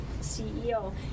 ceo